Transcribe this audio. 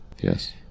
Yes